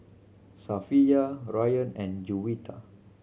Safiya Ryan and Juwita